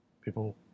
People